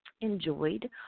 enjoyed